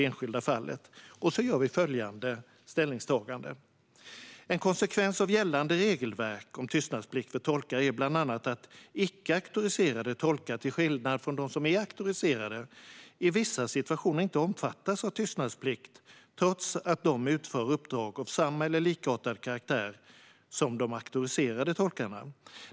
Vi gör följande ställningstagande: "En konsekvens av gällande regelverk om tystnadsplikt för tolkar är bl.a. att icke auktoriserade tolkar, till skillnad mot auktoriserade tolkar, i vissa situationer inte omfattas av tystnadsplikt trots att de utför uppdrag av samma eller likartad karaktär som de auktoriserade tolkarna.